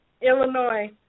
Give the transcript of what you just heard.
Illinois